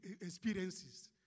experiences